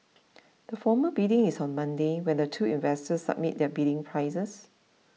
the formal bidding is on Monday when the two investors submit their bidding prices